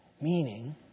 Meaning